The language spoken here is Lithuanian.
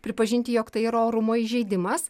pripažinti jog tai yra orumo įžeidimas